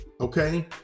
okay